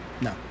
No